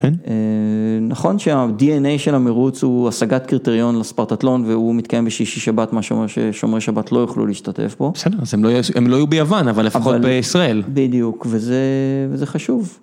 נכון שה-DNA של המרוץ הוא השגת קריטריון לספרטתלון והוא מתקיים בשישי שבת מה שאומר ששומרי שבת לא יוכלו להשתתף בו. בסדר אז הם לא יהיו ביוון אבל לפחות בישראל. בדיוק וזה חשוב.